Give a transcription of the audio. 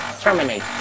terminate